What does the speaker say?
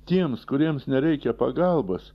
tiems kuriems nereikia pagalbos